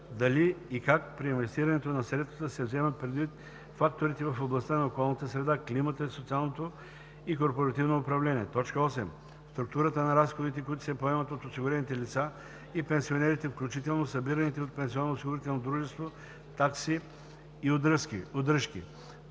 дали и как при инвестирането на средствата се вземат предвид факторите в областта на околната среда, климата и социалното и корпоративно управление; 8. структурата на разходите, които се поемат от осигурените лица и пенсионерите, включително събираните от пенсионноосигурителното дружество такси и удръжки; 9.